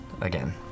again